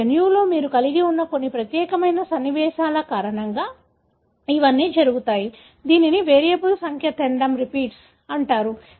కాబట్టి మీ జన్యువులో మీరు కలిగి ఉన్న కొన్ని ప్రత్యేకమైన సన్నివేశాల కారణంగా ఇవన్నీ జరుగుతాయి దీనిని వేరియబుల్ సంఖ్య టెన్డం రిపీట్స్ అంటారు